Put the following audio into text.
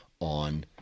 on